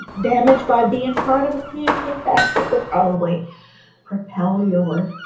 damage by being part of a community. in fact, it will probably propel your